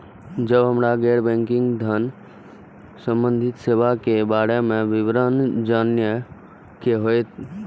जब हमरा गैर बैंकिंग धान संबंधी सेवा के बारे में विवरण जानय के होय?